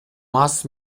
мас